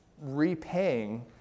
repaying